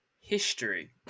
history